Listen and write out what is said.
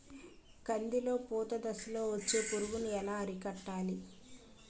కందిలో పూత దశలో వచ్చే పురుగును ఎలా అరికట్టాలి?